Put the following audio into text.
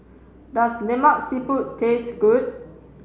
does Lemak Siput taste good